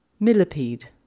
Millipede